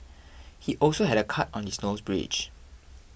he also had a cut on his nose bridge